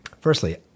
firstly